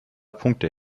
punkte